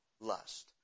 lust